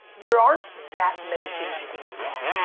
there aren't that many things you can do wrong.